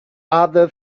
other